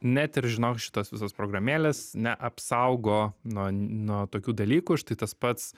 net ir žinok šitos visos programėlės neapsaugo nuo nuo tokių dalykų štai tas pats